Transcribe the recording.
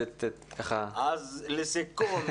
לסיכום,